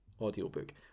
audiobook